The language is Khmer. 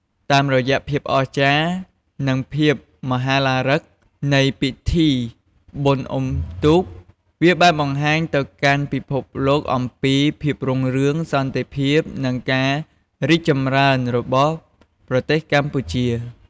តាមរយៈភាពអស្ចារ្យ និងភាពមហោឡារឹកនៃពិធីបុណ្យអុំទូក វាបានបង្ហាញទៅកាន់ពិភពលោកអំពីភាពរុងរឿង សន្តិភាព និងការរីកចម្រើនរបស់ប្រទេសកម្ពុជា។